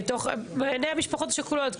בעיני המשפחות השכולות.